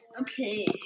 Okay